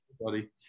buddy